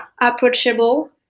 approachable